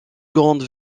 grande